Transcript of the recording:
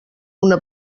una